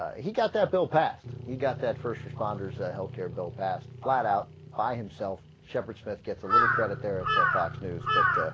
ah he got that bill passed he got that first responders a healthcare bill passed flat-out by himself shepherd smith gets a little credit there at the fox news but ah.